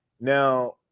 Now